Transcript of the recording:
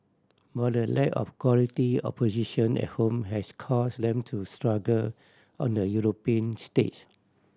but the lack of quality opposition at home has cause them to struggle on the European stage